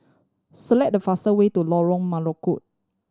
select the faster way to Lorong Melukut